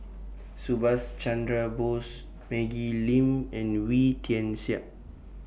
Subhas Chandra Bose Maggie Lim and Wee Tian Siak